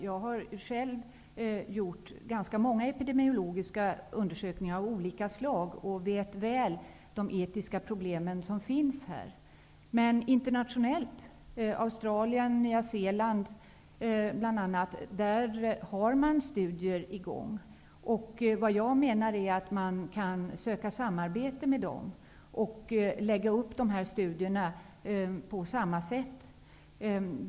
Jag har själv gjort ganska många epidemiologiska undersökningar av olika slag och vet väl de etiska problem som finns här. Bl.a. Australien och Nya Zeeland har studier i gång. Man kan söka samarbete med dem och lägga upp studierna på samma sätt.